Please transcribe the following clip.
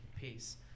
peace